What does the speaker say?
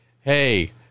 hey